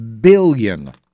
billion